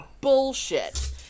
bullshit